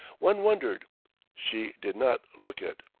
one wondered she did not look it.